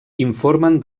informen